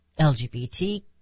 LGBT